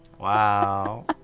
Wow